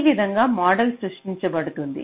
ఈ విధంగా మోడల్ సృష్టించబడుతుంది